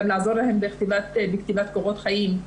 גם לעזור להן בכתיבת קורות חיים,